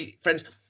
friends